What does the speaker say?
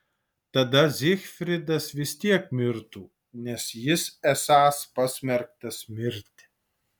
tada zygfridas vis tiek mirtų nes jis esąs pasmerktas mirti